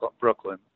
Brooklyn